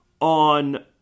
on